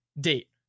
date